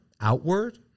outward